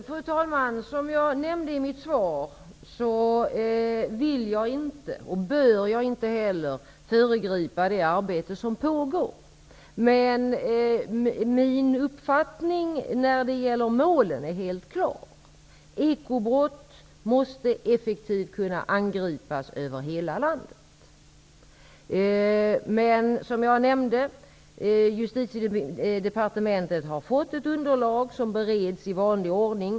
Fru talman! Som jag nämnde i mitt svar vill och bör jag inte föregripa det arbete som pågår. Min uppfattning när det gäller målet är helt klar. Ekobrott måste kunna angripas effektivt över hela landet. Justitiedepartementet har fått ett underlag som bereds i vanlig ordning.